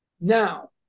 now